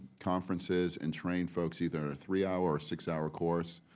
conferences and train folks, either three-hour or six-hour course,